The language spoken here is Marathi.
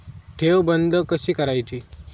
ठेव बंद कशी करायची?